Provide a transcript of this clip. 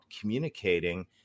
communicating